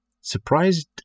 Surprised